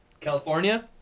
California